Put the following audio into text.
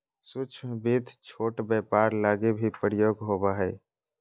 सूक्ष्म वित्त छोट व्यापार लगी भी प्रयोग होवो हय